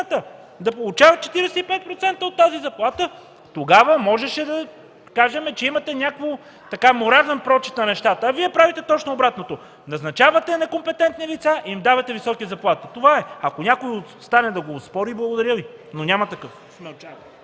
да получават 45% от тази заплата. Тогава можеше да кажем, че имате някакъв морален прочит на нещата. Вие обаче правите точно обратното – назначавате некомпетентни лица, и им давате високи заплати. Това е! Ако някой стане да го оспори, благодаря Ви. ПРЕДСЕДАТЕЛ